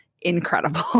incredible